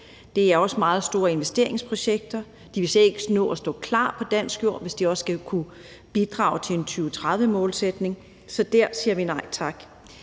Det er også meget store investeringsprojekter, de vil slet ikke nå at kunne stå klar på dansk jord, hvis de også skal kunne bidrage til en 2030-målsætning, så der siger vi nej tak.